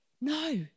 No